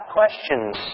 questions